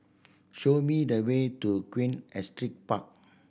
show me the way to Queen Astrid Park